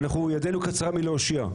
ואנחנו ידינו קצרה מלהושיע.